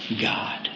God